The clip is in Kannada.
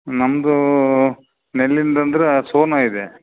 ನಮ್ಮದು ನೆಲ್ಲಿಂದು ಅಂದ್ರೆ ಸೋನಾ ಇದೆ